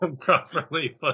properly